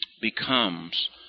becomes